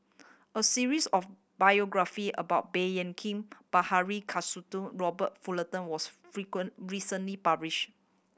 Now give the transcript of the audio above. a series of biography about Baey Yam Keng Bilahari Kausikan Robert Fullerton was recently published